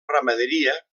ramaderia